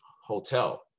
hotel